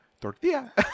tortilla